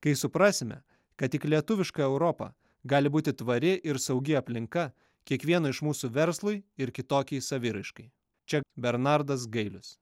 kai suprasime kad tik lietuviška europa gali būti tvari ir saugi aplinka kiekvieno iš mūsų verslui ir kitokiai saviraiškai čia bernardas gailius